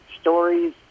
stories